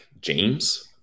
James